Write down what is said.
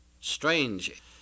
Strange